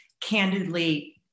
candidly